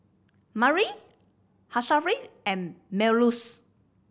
Murni Asharaff and Melurs